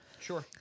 sure